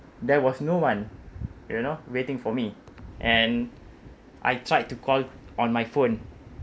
there was no one you know waiting for me and I tried to call on my phone